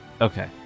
Okay